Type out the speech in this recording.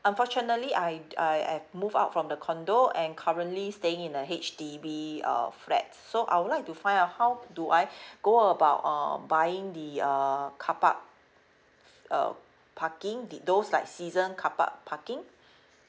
unfortunately I I have moved out from the condominium and currently staying in a H_D_B uh flat so I would like to find out how do I go about uh buying the uh carpark uh parking the those like season carpark parking